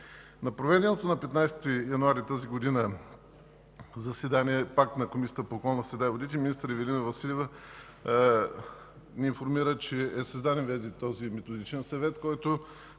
На проведеното на 15 януари тази година заседание пак на Комисията по околната среда и водите министър Ивелина Василева ни информира, че вече е създаден този Методичен съвет, който